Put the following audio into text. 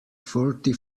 forty